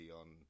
on